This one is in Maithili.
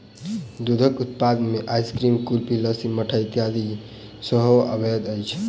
दूधक उत्पाद मे आइसक्रीम, कुल्फी, लस्सी, मट्ठा इत्यादि सेहो अबैत अछि